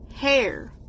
Hair